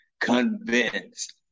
convinced